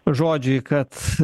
žodžiai kad